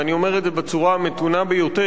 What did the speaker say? ואני אומר את זה בצורה המתונה ביותר,